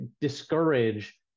discourage